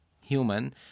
human